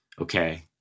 okay